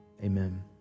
Amen